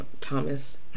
Thomas